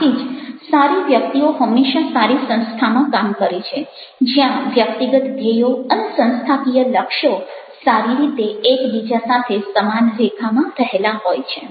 આથી જ સારી વ્યક્તિઓ હંમેશા સારી સંસ્થામાં કામ કરે છે જ્યાં વ્યક્તિગત ધ્યેયો અને સંસ્થાકીય લક્ષ્યો સારી રીતે એકબીજા સાથે સમાન રેખામાં રહેલા હોય છે